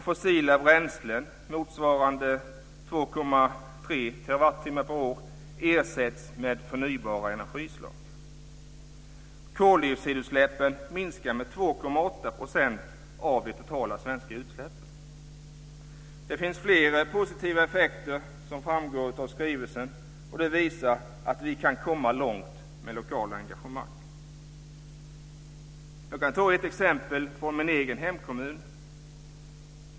Fossila bränslen motsvarande 2,3 terrawattimmar per år ersätts med förnyelsebara energislag. Koldioxidutsläppen minskar med 2,8 % av de totala svenska utsläppen. Det finns flera positiva effekter som framgår av skrivelsen, och det visar att vi kan komma långt med lokalt engagemang. Jag kan ta ett exempel från min egen hemkommun.